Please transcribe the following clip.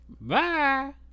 Bye